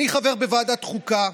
אני חבר בוועדת החוקה.